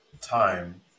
time